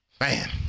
Man